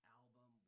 album